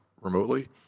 remotely